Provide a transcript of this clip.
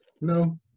No